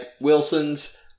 Wilson's